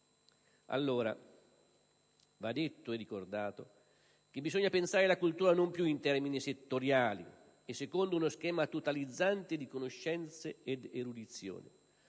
Va detto e ricordato che bisogna pensare la cultura non più in termini settoriali e secondo uno schema totalizzante di conoscenze ed erudizione,